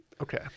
okay